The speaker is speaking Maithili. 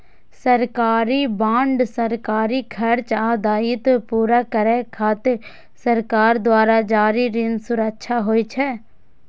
सरकारी बांड सरकारी खर्च आ दायित्व पूरा करै खातिर सरकार द्वारा जारी ऋण सुरक्षा होइ छै